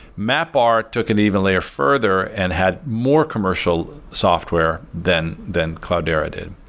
mapr took it evenly ah further and had more commercial software than than cloudera did.